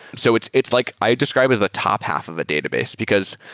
so it's it's like i describe as the top half of a database. because,